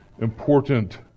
important